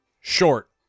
Short